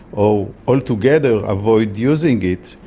or altogether avoid using it.